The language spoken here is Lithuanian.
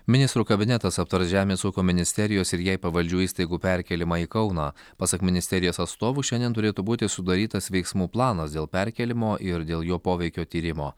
ministrų kabinetas aptars žemės ūkio ministerijos ir jai pavaldžių įstaigų perkėlimą į kauną pasak ministerijos atstovų šiandien turėtų būti sudarytas veiksmų planas dėl perkėlimo ir dėl jo poveikio tyrimo